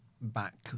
back